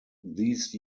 these